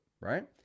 right